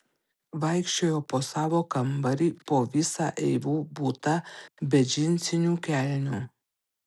vaikščiojo po savo kambarį po visą eivų butą be džinsinių kelnių